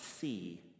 see